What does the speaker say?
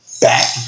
back